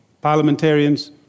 parliamentarians